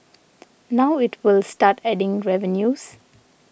now it will start adding revenues